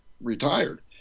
retired